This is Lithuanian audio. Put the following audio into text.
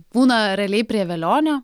būna realiai prie velionio